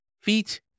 Feet